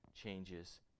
changes